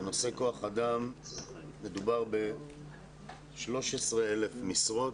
בנושא כוח אדם מדובר ב-13,000 משרות,